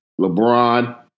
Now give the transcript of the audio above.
LeBron